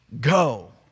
Go